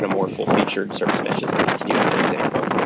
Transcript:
ah more full-featured service meshes like it's steel, for example.